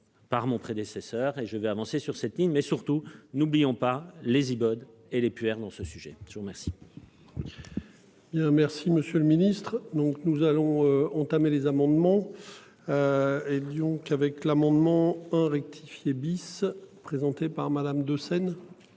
Par mon prédécesseur et je vais avancer sur cette ligne, mais surtout n'oublions pas les iPod et les plus pierres dans ce sujet, je vous remercie.